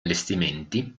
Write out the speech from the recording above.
allestimenti